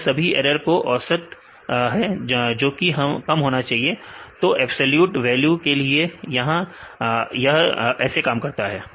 यह सभी ऐरर का औसत हैजोकि कम होना चाहिए तो एब्सलूट वैल्यू के लिए यहां ऐसे काम करता है